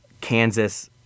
Kansas